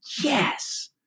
yes